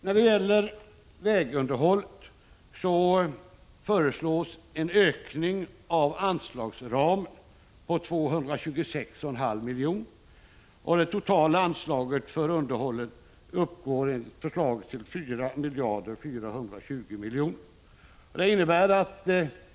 När det gäller vägunderhållet föreslås en ökning av anslagsramen på 226,5 miljoner. Det totala anslaget för underhåll uppgår enligt förslaget till 4 420 milj.kr.